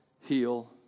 heal